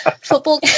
football